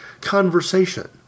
conversation